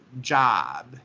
job